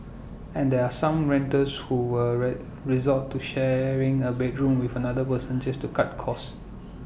and there are some renters who were red resort to sharing A bedroom with another person just to cut costs